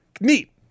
neat